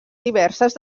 diverses